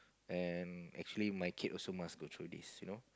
and actually my kid also must go through this you know